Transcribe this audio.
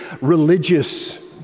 religious